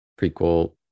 prequel-